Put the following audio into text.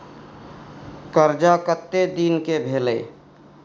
कर्जा कत्ते दिन के भेलै?